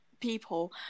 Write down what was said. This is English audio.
people